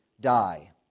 die